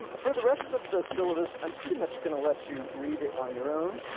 um for the rest of the syllabus, i'm pretty much gonna let you read it on your own.